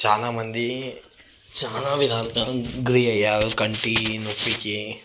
చాలా మంది చాలా విధాలుగా గురి అయ్యారు కంటి నొప్పికి